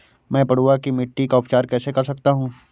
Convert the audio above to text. मैं पडुआ की मिट्टी का उपचार कैसे कर सकता हूँ?